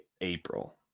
April